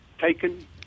taken